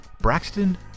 Braxton